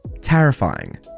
Terrifying